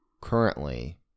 currently